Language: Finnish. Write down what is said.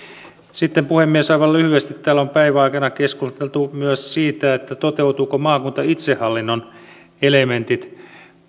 sitten puhemies aivan lyhyesti täällä on päivän aikana keskusteltu myös siitä toteutuvatko maakuntaitsehallinnon elementit